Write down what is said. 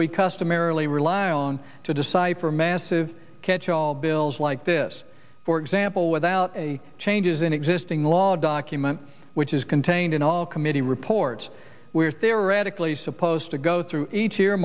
we customarily rely on to decipher massive catch all bills like this for example without a changes in existing law document which is contained in all committee reports where they are radically supposed to go through each ear